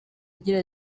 agira